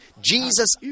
Jesus